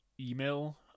email